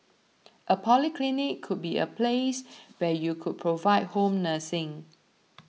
a polyclinic could be a place where you could provide home nursing